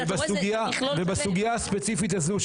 אתה רואה --- ובסוגיה הספציפית הזו,